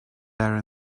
there